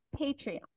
patreon